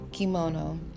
kimono